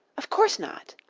of course not.